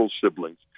siblings